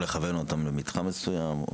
או לכוון אותם למתחם מסוים.